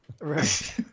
Right